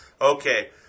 Okay